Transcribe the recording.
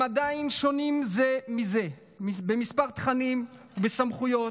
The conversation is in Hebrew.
הם עדיין שונים זה מזה בכמה תכנים ובסמכויות,